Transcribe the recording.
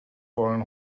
wollen